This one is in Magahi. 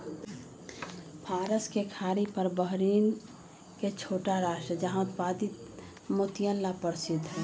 फारस के खाड़ी पर बहरीन के छोटा राष्ट्र वहां उत्पादित मोतियन ला प्रसिद्ध हई